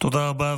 תודה רבה.